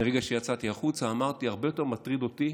מרגע שיצאתי החוצה אמרתי: הרבה יותר מטרידים אותי